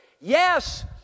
Yes